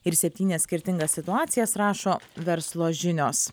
ir septynias skirtingas situacijas rašo verslo žinios